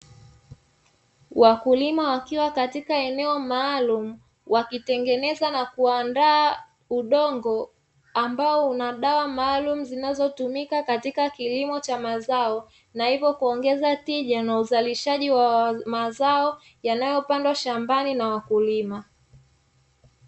Wakulima wakiwa katika eneo maalumu wakitengeneza na kuandaa udongo ambao una dawa maalumu zinazotumika katika kilimo cha mazao, na hivyo kuongeza tija na uzalishaji wa mazao yanayopandwa shambani na wakulima.